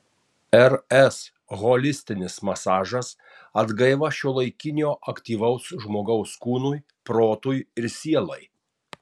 rs holistinis masažas atgaiva šiuolaikinio aktyvaus žmogaus kūnui protui ir sielai